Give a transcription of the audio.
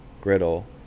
griddle